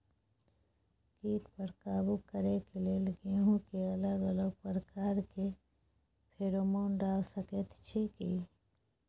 कीट पर काबू करे के लेल गेहूं के अलग अलग प्रकार के फेरोमोन डाल सकेत छी की?